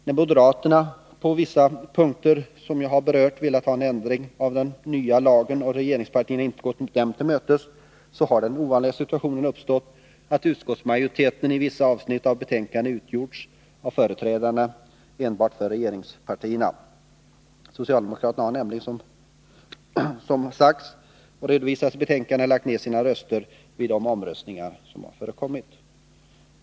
När moderaterna på vissa punkter som jag berört velat ha en ändrad utformning av den nya lagen och regeringspartierna inte har gått dem till mötes har den ovanliga situationen uppstått att utskottsmajoriteten utgjorts enbart av företrädarna för regeringspartierna. Socialdemokraterna har nämligen, som redovisats i betänkandet, lagt ned sina röster vid de omröstningar som förekommit.